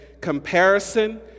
comparison